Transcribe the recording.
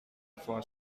for